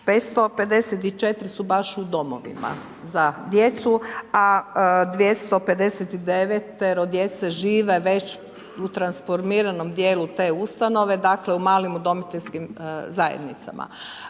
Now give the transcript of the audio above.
554 su baš u domovima za djecu a 259 djece žive već u transformiranom dijelu te ustanove, dakle, u malim udomiteljskim zajednicama,